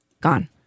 Gone